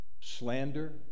slander